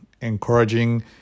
encouraging